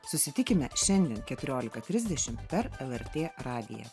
susitikime šiandien keturiolika trisdešimt per lrt radiją